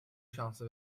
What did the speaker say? şansı